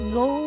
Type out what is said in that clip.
go